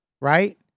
right